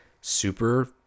super